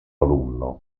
alunno